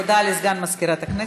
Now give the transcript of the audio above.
הודעה לסגן מזכירת הכנסת.